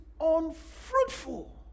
unfruitful